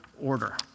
order